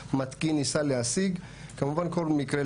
בבקשה.